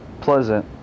pleasant